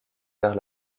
vers